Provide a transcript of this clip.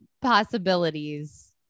Possibilities